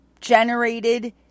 generated